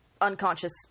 unconscious